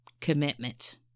Commitment